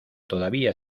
todavía